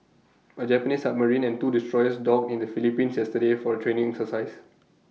A Japanese submarine and two destroyers docked in the Philippines yesterday for A training exercise